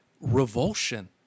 revulsion